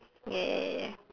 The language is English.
ya ya ya ya ya